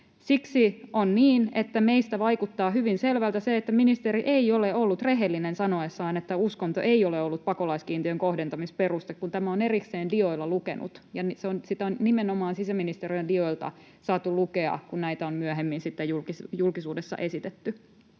Siksi on niin, että meistä vaikuttaa hyvin selvältä, että ministeri ei ole ollut rehellinen sanoessaan, että uskonto ei ole ollut pakolaiskiintiön kohdentamisperuste, kun tämä on erikseen dioilla lukenut, ja sitä on nimenomaan sisäministeriön dioilta saatu lukea, kun näitä on myöhemmin sitten julkisuudessa esitetty.